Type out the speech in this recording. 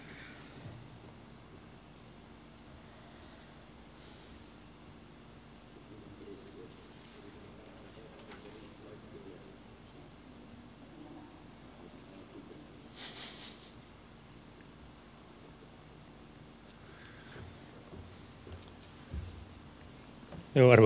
arvoisa puhemies